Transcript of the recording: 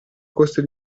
costi